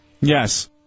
Yes